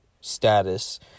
status